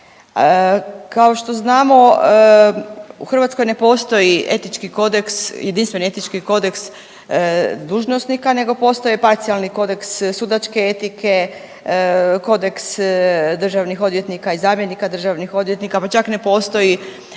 Kao što znamo u Hrvatskoj ne postoji etički kodeks, jedinstveni etički kodeks nego postoje parcijalni kodeks sudačke etike, kodeks državnih odvjetnika i zamjenika državnih odvjetnika, pa čak ne postoji